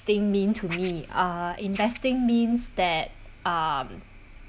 ~ting mean to me uh investing means that um